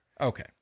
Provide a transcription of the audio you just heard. Okay